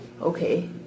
Okay